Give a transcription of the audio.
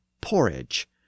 porridge